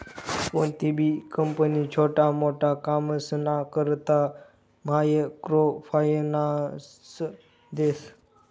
कोणतीबी कंपनी छोटा मोटा कामसना करता मायक्रो फायनान्स देस